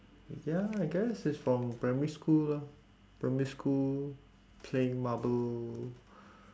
ya I guess it's from primary school lah primary school play marble